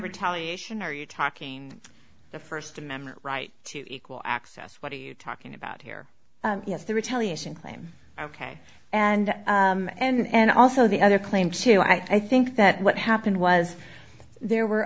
retaliation are you talking the first amendment right to equal access what are you talking about here yes the retaliation claim ok and and also the other claim to i think that what happened was there were